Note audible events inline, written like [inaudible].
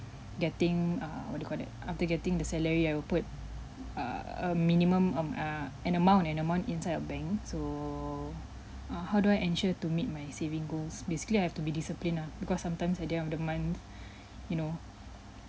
getting err what do you call that after getting the salary I will put err a minimum um err an amount an amount inside a bank so uh how do I ensure to meet my saving goals basically I have to be disciplined ah because sometimes at the end of the month [breath] you know